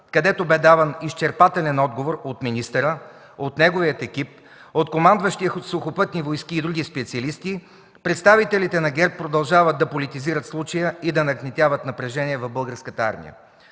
където бе даван изчерпателен отговор от министъра, от неговия екип, от командващия „Сухопътни войски” и други специалисти, представителите на ГЕРБ продължават да политизират случая и да нагнетяват напрежение в Българската армия.